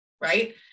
Right